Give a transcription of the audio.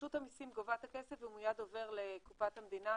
רשות המיסים גובה את הכסף והוא מיד עובר לקופת המדינה.